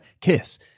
Kiss